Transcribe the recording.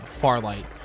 Farlight